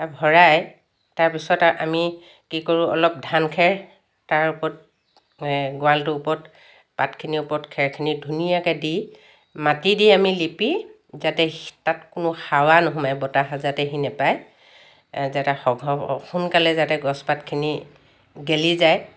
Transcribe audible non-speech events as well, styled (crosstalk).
ভৰাই তাৰপিছত আমি কি কৰোঁ অলপ ধান খেৰ তাৰ ওপৰত গৰালটো ওপৰত পাতখিনি ওপৰত খেৰখিনি ধুনীয়াকৈ দি মাটি দি আমি লিপি যাতে তাত কোনো হাৱা নোসোমায় বতাহ যাতে হি নাপায় যে এটা (unintelligible) সোনকালে যাতে গছপাতখিনি গেলি যায়